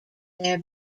their